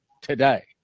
today